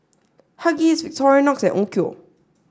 Huggies Victorinox and Onkyo